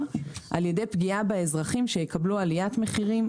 על-ידי פגיעה באזרחים שיקבלו עליית מחירים,